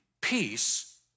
peace